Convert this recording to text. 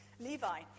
Levi